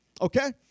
Okay